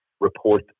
report